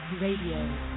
Radio